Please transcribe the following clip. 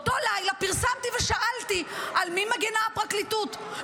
באותו לילה פרסמתי ושאלתי על מי מגינה הפרקליטות,